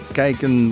kijken